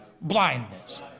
blindness